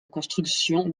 construction